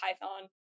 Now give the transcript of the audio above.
Python